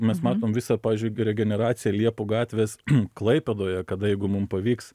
mes matom visą pavyzdžiui regeneraciją liepų gatvės klaipėdoje kada jeigu mum pavyks